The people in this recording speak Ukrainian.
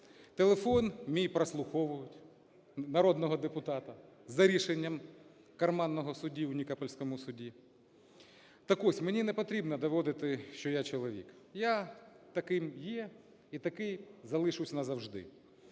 телефон мій прослуховують, народного депутата, за рішенням карманного судді в Нікопольському суді. Так ось мені непотрібно доводити, що я чоловік. Я таким є і такий залишусь назавжди.